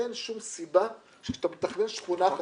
אין שום סיבה שכשאתה מתכנן שכונה חדשה,